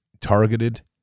targeted